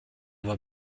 voix